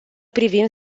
privim